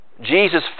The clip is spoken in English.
Jesus